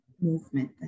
movement